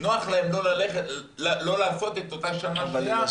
נוח להם לא לעשות את אותה שנה שנייה,